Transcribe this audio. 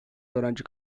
öğrenci